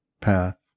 path